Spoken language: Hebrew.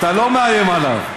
אתה לא מאיים עליו.